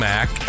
Mac